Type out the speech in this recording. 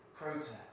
protest